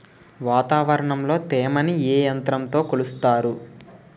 వాతావరణంలో తేమని ఏ యంత్రంతో కొలుస్తారు?